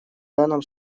данном